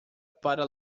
para